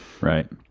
right